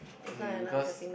because